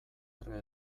erre